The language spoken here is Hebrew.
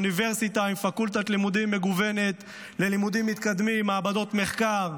אוניברסיטה עם פקולטת לימודים מגוונת ללימודים מתקדמים ומעבדות מחקר,